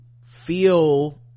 feel